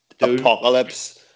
apocalypse